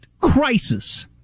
crisis